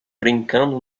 brincando